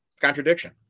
contradiction